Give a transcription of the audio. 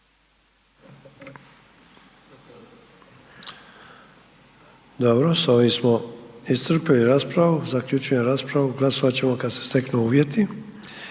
Dobro, s ovim smo iscrpili raspravu. Zaključujem raspravu, glasovat ćemo kad se steknu uvjeti.